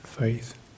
Faith